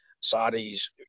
saudi's